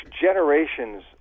generations